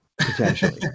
Potentially